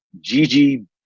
gigi